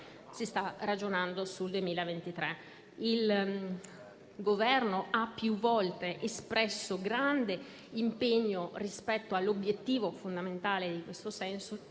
si sta ragionando sul 2023. Il Governo ha più volte espresso grande impegno rispetto all'obiettivo fondamentale in questo senso,